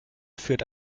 führt